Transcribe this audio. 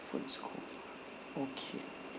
food is cold okay